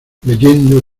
leyendo